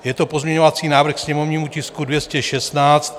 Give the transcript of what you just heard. Je to pozměňovací návrh ke sněmovnímu tisku 216.